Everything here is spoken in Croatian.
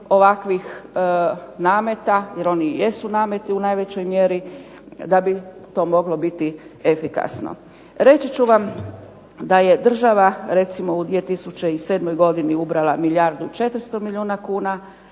ovakvih nameta, jer oni jesu nameti u najvećoj mjeri da bi to moglo biti efikasno. Reći ću vam da je država recimo u 2007. ubrala milijardu 400 milijuna kuna,